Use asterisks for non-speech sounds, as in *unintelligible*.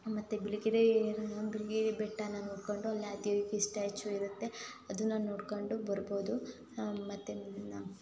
ಮತ್ತು ಬಿಳಿಗಿರಿ *unintelligible* ಬೆಟ್ಟನ ನೋಡಿಕೊಂಡು ಅಲ್ಲಿಯೇ ಆದಿ ಯೋಗಿ ಸ್ಟ್ಯಾಚು ಇರುತ್ತೆ ಅದನ್ನು ನೋಡ್ಕೊಂಡು ಬರ್ಬೋದು ಮತ್ತು ಇನ್ನೂ